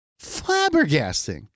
flabbergasting